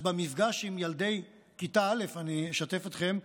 במפגש עם ילדי כיתה א' אני אשתף אתכם,